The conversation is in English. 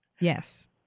Yes